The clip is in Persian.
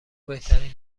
بهترین